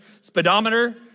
Speedometer